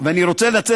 אני רוצה לנצל